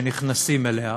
שנכנסים אליה,